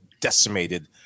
decimated